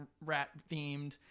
rat-themed